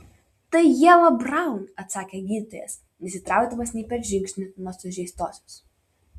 tai ieva braun atsakė gydytojas nesitraukdamas nei per žingsnį nuo sužeistosios